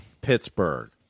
Pittsburgh